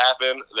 happen